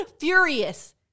furious